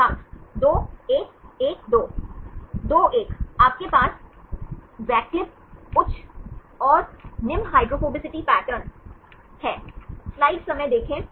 छात्र 2 1 1 2 2 1 आपके पास वैकल्पिक उच्च और निम्न हाइड्रोफोबिसिटी पैटर्न हैं